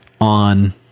on